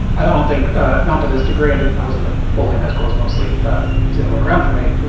i don't think not to this degree and and i wasn't a bully in high school is mostly a way around for me.